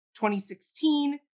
2016